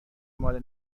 ماله